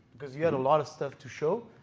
because you had a lot of stuff to show.